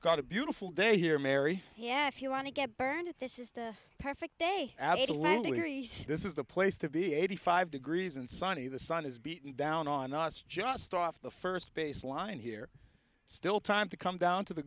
got a beautiful day here mary yeah if you want to get burned if this is the perfect day absolutely this is the place to be eighty five degrees and sunny the sun is beating down on us just off the first base line here still time to come down to the